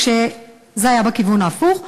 רק שזה היה בכיוון ההפוך.